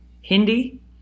Hindi